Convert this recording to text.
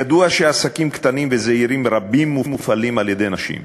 ידוע שעסקים קטנים וזעירים רבים מופעלים על-ידי נשים.